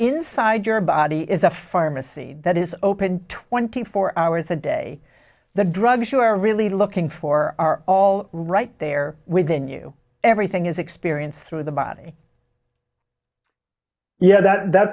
inside your body is a pharmacy that is open twenty four hours a day the drugs you are really looking for are all right there within you everything is experienced through the body yeah that